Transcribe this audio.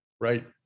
right